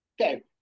Okay